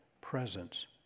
presence